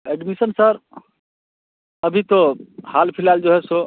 admission sir अभी तो हाल फिलहाल जाे है सो